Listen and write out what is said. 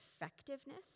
effectiveness